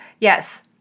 Yes